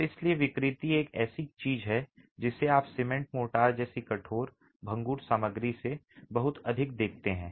और इसलिए विकृति एक ऐसी चीज है जिसे आप सीमेंट मोर्टार जैसी कठोर भंगुर सामग्री से बहुत अधिक देखते हैं